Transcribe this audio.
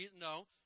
No